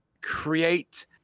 create